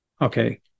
Okay